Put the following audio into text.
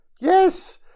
Yes